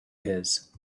his